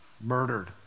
murdered